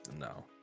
No